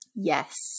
Yes